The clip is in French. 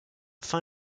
fin